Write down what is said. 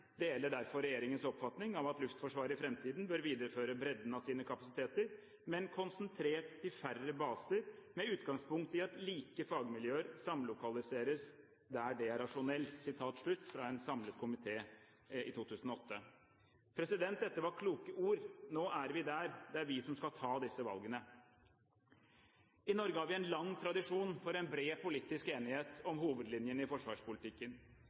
deler derfor Regjeringens oppfatning av at Luftforsvaret i fremtiden bør videreføre bredden av sine kapasiteter, men konsentrert til færre baser med utgangspunkt i at like fagmiljøer samlokaliseres der det er rasjonelt.» Dette var kloke ord. Nå er vi der. Det er vi som skal ta disse valgene. I Norge har vi en lang tradisjon for en bred politisk enighet om hovedlinjene i forsvarspolitikken.